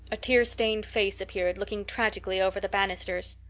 a tear-stained face appeared, looking tragically over the banisters.